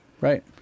right